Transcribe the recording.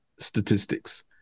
statistics